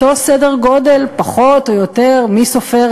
קיצוץ באותו סדר-גודל, פחות או יותר, מי סופרת?